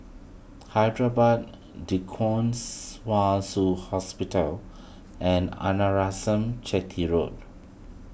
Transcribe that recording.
Hyderabad D Kwong Wai Shiu Hospital and Arnasalam Chetty Road